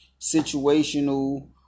situational